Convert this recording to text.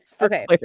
Okay